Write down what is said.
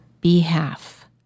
behalf